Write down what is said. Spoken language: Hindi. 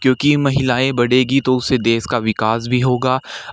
क्योंकि महिलाएँ बढ़ेंगीं तो उससे देश का विकास भी होगा